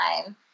time